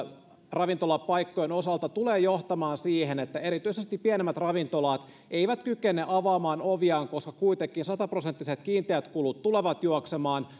ravintolapaikkojen osalta tulee johtamaan siihen että erityisesti pienemmät ravintolat eivät kykene avaamaan oviaan koska kuitenkin sata prosenttiset kiinteät kulut tulevat juoksemaan